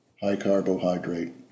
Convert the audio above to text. high-carbohydrate